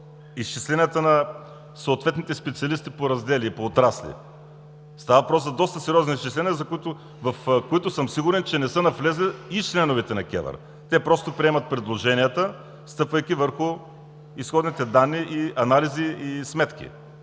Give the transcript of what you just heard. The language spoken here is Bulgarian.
изчисленията на съответните специалисти по раздели и по отрасли? Става въпрос за доста сериозни изчисления, в които съм сигурен, че не са навлезли и членовете на КЕВР. Те просто приемат предложенията, стъпвайки върху изходните данни, анализи и сметки.